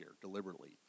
deliberately